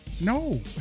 No